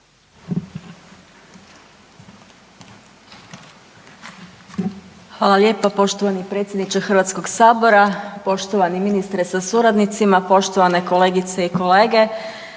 Hvala lijepa. Poštovani predsjedniče HS-a, poštovani ministre sa suradnicima, poštovane kolegice i kolege.